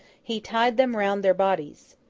he tied them round their bodies.